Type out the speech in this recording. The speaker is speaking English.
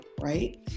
right